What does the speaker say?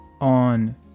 on